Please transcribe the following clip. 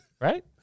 right